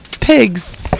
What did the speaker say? Pigs